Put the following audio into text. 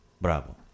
Bravo